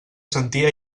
sentia